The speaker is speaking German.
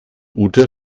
ute